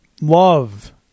love